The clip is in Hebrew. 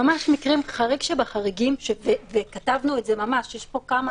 בכל מקום אחר זה הוכנס, רק פה לא.